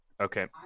Okay